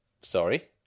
Sorry